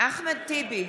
אחמד טיבי,